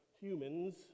humans